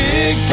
Big